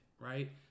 right